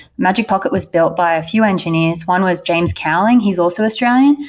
magic pocket was built by a few engineers. one was james cowling. he's also australian,